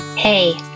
Hey